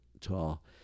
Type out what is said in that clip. tall